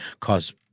cause